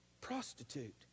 prostitute